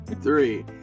three